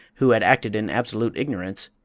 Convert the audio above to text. who had acted in absolute ignorance,